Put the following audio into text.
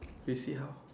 you see how